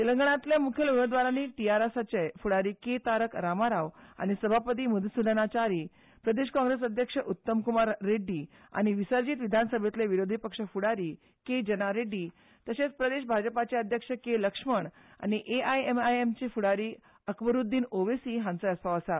तेलंगणांतल्या मुखेल उमेदवारांनी टीआरएसचे फुडारी के तारक रामराव आनी सभापती मधुसुदन चारी प्रदेश काँग्रेस अध्यक्ष उत्तम्कुमार रेड्डी आनी विसर्जीत विधानसभेतलें विरोधी पक्ष फुडारी के जनीर रेड्डी तशेंच प्रदेश भाजपाचे अध्यक्ष के लक्ष्मण आनी एआयएमएसचे फुडारी अकबरुद्दीन ओवेसी हांचोय आसपाव आसा